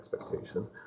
expectation